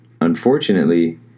Unfortunately